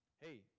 Hey